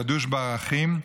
גדוש בערכים,